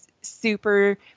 super –